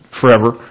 forever